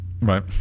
Right